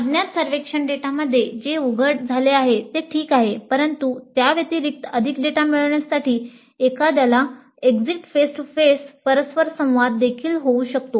अज्ञात सर्वेक्षण डेटामध्ये जे उघड झाले आहे ते ठीक आहे परंतु त्याव्यतिरिक्त अधिक डेटा मिळविण्यासाठी एखाद्यास एक्झीट फेस टू फेस परस्पर संवाद देखील होऊ शकतो